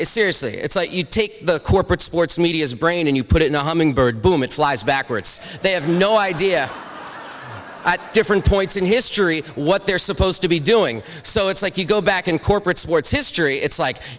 's seriously it's not you take the corporate sports media's brain and you put it in a hummingbird boom it flies backwards they have no idea at different points in history what they're supposed to be doing so it's like you go back in corporate sports history it's like